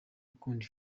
ukunda